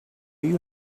you